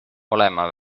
olema